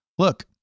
Look